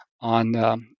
on